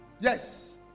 yes